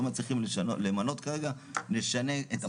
לא מצליחים למנות כרגע, נשנה את המנגנון.